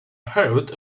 herald